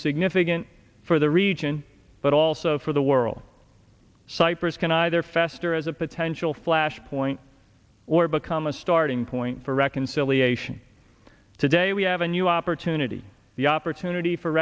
significant for the region but also for the world cyprus can either fester as a potential flashpoint or become a starting point for reconciliation today we have a new opportunity the opportunity for